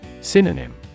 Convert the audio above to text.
Synonym